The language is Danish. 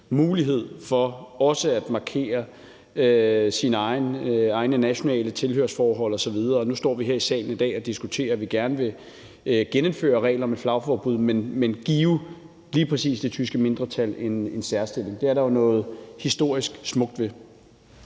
mulighed for også at markere sine egne nationale tilhørsforhold osv. Nu står vi her i salen i dag og diskuterer, at vi gerne vil genindføre reglen om et flagforbud, men give lige præcis det tyske mindretal en særstilling. Det er der jo noget historisk smukt ved.